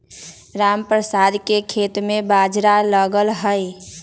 रामप्रसाद के खेत में बाजरा लगल हई